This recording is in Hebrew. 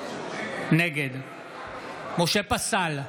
נגד משה פסל,